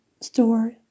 store